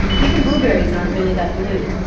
even blueberries aren't really that blue.